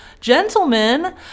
gentlemen